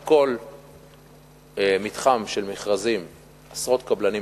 על כל מתחם של מכרזים התמודדו עשרות קבלנים,